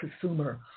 consumer